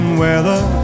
weather